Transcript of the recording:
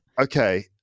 Okay